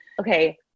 Okay